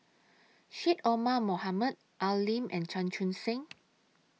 Syed Omar Mohamed Al Lim and Chan Chun Sing